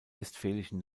westfälischen